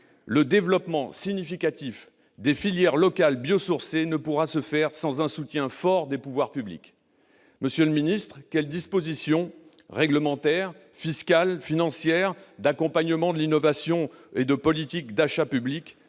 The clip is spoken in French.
le développement significatif des filières locales biosourcées ne pourra se faire sans un soutien fort des pouvoirs publics. Monsieur le ministre, quelles dispositions réglementaires, fiscales, financières d'accompagnement de l'innovation et de politiques d'achats publics